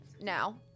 Now